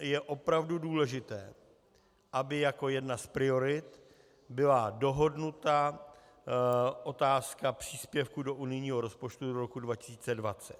Je opravdu důležité, aby jako jedna z priorit byla dohodnuta otázka příspěvku do unijního rozpočtu do roku 2020.